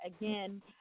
again